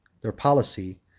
their policy,